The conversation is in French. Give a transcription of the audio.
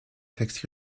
textes